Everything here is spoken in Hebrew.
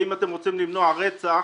אם אתם רוצים למנוע רצח,